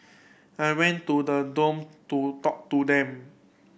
I went to the dorm to talk to them